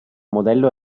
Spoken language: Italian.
modello